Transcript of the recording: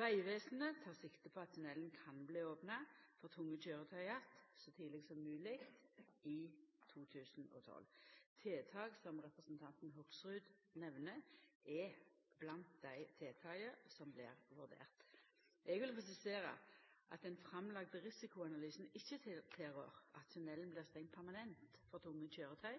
Vegvesenet tek sikte på at tunnelen kan bli opna for tunge køyretøy att så tidleg som mogleg i 2012. Tiltak som representanten Hoksrud nemner, er blant dei tiltaka som blir vurderte. Eg vil presisera at den framlagde risikoanalysen ikkje tilrår at tunnelen blir stengd permanent for tunge